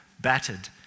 battered